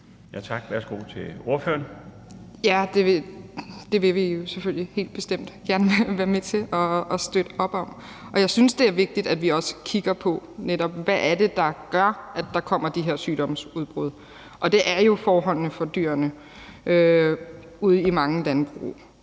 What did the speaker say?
Brydensholt (ALT): Ja, det vil vi selvfølgelig helt bestemt gerne være med til at støtte op om. Jeg synes netop også, det er vigtigt, at vi kigger på, hvad det er, der gør, at der kommer de her sygdomsudbrud, og det er jo forholdene for dyrene ude i mange landbrug.